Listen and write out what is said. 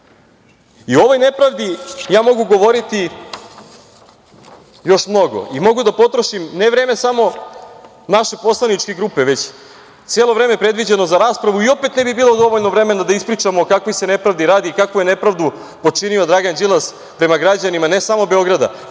ovoj nepravdi ja mogu govoriti još mnogo i mogu da potrošim, ne vreme samo naše poslaničke grupe, već celo vreme predviđeno za raspravu i opet ne bi bilo dovoljno vremena da ispričamo o kakvoj nepravdi se radi, kakvu je nepravdu počinio Dragan Đilas prema građanima, ne samo Beograda,